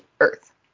Earth